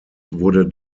wurde